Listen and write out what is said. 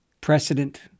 precedent